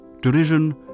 derision